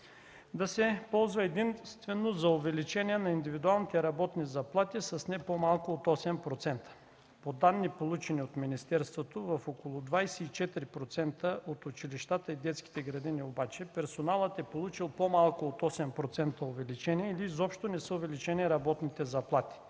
да се ползва единствено за увеличение на индивидуалните работни заплати с не по-малко от 8%. По данни, получени от министерството, в около 24% от училищата и детските градини обаче персоналът е получил по-малко от 8% увеличение, или изобщо не са увеличени работните заплати,